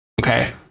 Okay